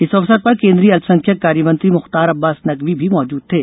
इस अवसर पर केंद्रीय अल्पसंख्यक कार्य मंत्री मुख्तार अब्बास नकवी भी मौजूद थे